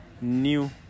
new